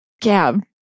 Gab